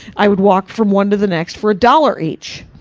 i would walk from one to the next for a dollar each.